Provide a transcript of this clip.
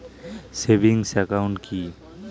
Savings account কি?